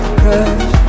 crash